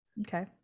Okay